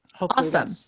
Awesome